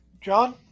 John